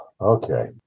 Okay